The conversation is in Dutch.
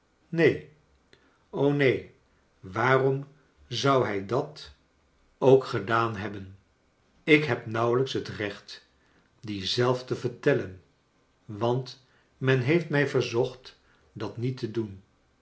neen neen waarom zou hij dat ook gedaan hebben ik heb nauwelijks het recht die zelf te vertellen want men heeft mij verzocht dat niet te doen